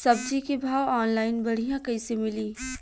सब्जी के भाव ऑनलाइन बढ़ियां कइसे मिली?